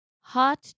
hot